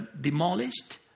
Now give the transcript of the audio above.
demolished